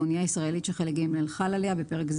בנייה ישראלית שחלק ג' חל עליה (בפרק זה